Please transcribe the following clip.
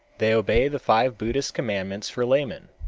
they obey the five buddhist commandments for laymen.